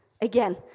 again